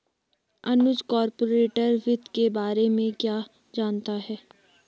अनुज corporate वित्त के बारे में क्या जानता है?